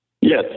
Yes